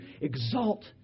exalt